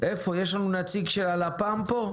יש לנו נציג של הלפ"ם פה?